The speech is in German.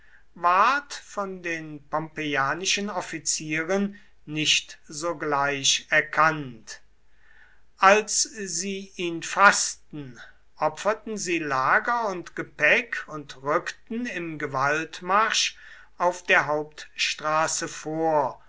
ward von den pompeianischen offizieren nicht sogleich erkannt als sie ihn faßten opferten sie lager und gepäck und rückten im gewaltmarsch auf der hauptstraße vor